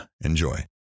enjoy